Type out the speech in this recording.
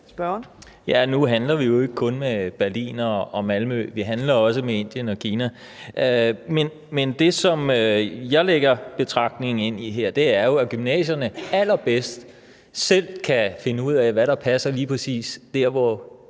Nu handler vi jo ikke kun med Berlin og Malmø. Vi handler også med Indien og Kina, men det, som jeg lægger betragtningen ind i her, er jo, at gymnasierne allerbedst selv kan finde ud af, hvad der passer lige præcis der,